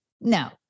No